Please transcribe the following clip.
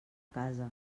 casa